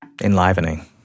enlivening